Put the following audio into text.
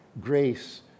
Grace